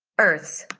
earth's.